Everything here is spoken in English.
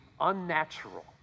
unnatural